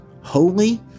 holy